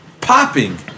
popping